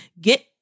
get